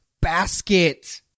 Basket